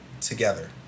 together